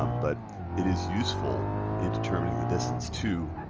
um but it is useful in determining the distance to,